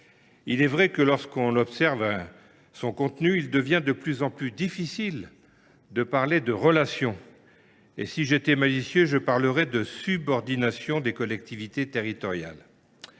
Il est vrai que lorsque l’on observe son contenu, il devient de plus en plus en difficile de parler de « relations »; si j’étais malicieux, je parlerais plutôt de « subordination des collectivités territoriales